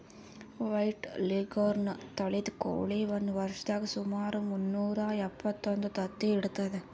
white leghorn ತಳಿದ್ ಕೋಳಿ ಒಂದ್ ವರ್ಷದಾಗ್ ಸುಮಾರ್ ಮುನ್ನೂರಾ ಎಪ್ಪತ್ತೊಂದು ತತ್ತಿ ಇಡ್ತದ್